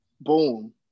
boom